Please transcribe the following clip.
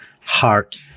heart